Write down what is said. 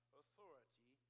authority